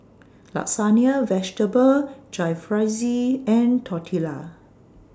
Lasagna Vegetable Jalfrezi and Tortillas